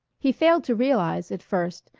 he failed to realize, at first,